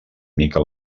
mica